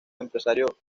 empresario